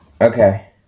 Okay